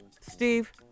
Steve